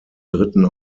dritten